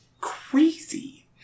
crazy